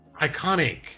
iconic